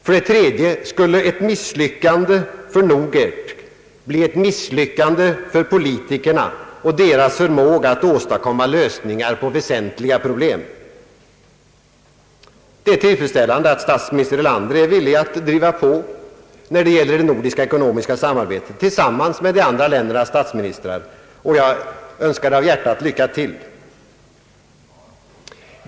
För det tredje skulle ett misslyckande bli ett misslyckande för politikerna och deras förmåga att åstadkomma lösningar på väsentliga problem. Det är tillfredsställande att statsminister Erlander är villig att driva på när det gäller det nordiska ekonomiska samarbetet, tillsammans med de andra ländernas statsministrar, och jag önskar av hjärtat lycka till!